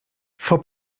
for